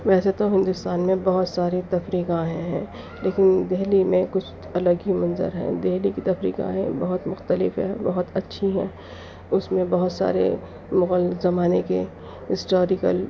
ویسے تو ہندوستان میں بہت سارے تفریح گاہیں ہیں لیکن دہلی میں کچھ الگ ہی منظر ہے دہلی کی تفریح گاہیں بہت مختلف ہے بہت اچّھی ہیں اس میں بہت سارے مغل زمانے کے ہسٹوریکل